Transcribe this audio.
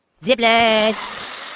Zipline